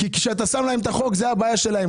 כי כשאתה שם להם את החוק, זו הבעיה שלהם.